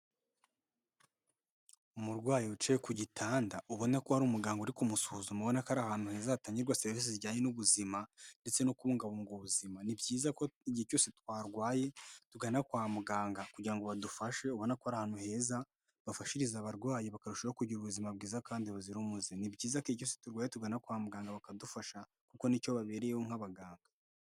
Umurwayi wicaye ku gitanda, ubona ko hari umuganga uri kumusuzuma, ubona ko ari ahantu heza hatangirwa serivisi zijyanye n'ubuzima, ndetse no kubungabunga ubuzima. Ni byiza ko igihe cyose twarwaye, tugana kwa muganga, kugira ngo badufashe, ubona ko ari ahantu heza bafashiriza abarwayi, bakarushaho kugira ubuzima bwiza, kandi buzira umuze. Ni byiza kenshi turwaye ko tugana kwa muganga, bakadufasha kuko ni cyo babereyeho nk'abaganga.